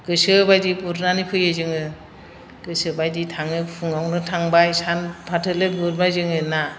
गोसोबायदि गुरनानै फैयो जोङो गोसो बायदि थाङो फुङावनो थांबाय सानफाथोलो गुरबाय जोङो ना